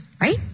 Right